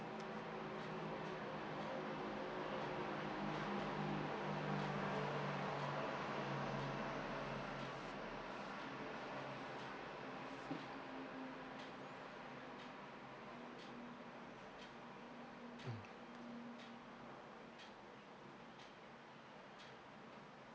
mm